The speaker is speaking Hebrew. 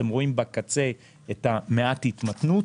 אתם רואים בקצה מעט התמתנות.